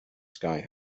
sky